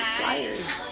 Flyers